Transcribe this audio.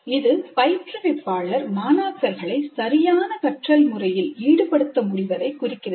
இது பயிற்றுவிப்பாளர் மாணாக்கர்களை சரியான கற்றல்முறையில் ஈடுபடுத்த முடிவதை குறிக்கிறது